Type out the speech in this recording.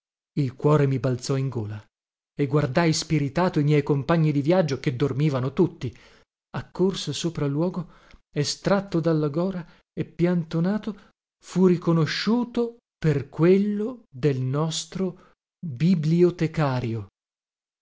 il cuore mi balzò in gola e guardai spiritato i miei compagni di viaggio che dormivano tutti accorsa sopra luogo estratto dalla gora e piantonato fu riconosciuto per quello del nostro bibliotecario